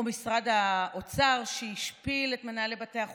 או משרד האוצר, שהשפיל את מנהלי בתי החולים,